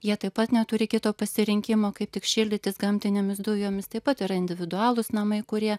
jie taip pat neturi kito pasirinkimo kaip tik šildytis gamtinėmis dujomis taip pat yra individualūs namai kurie